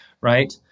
right